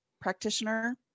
practitioner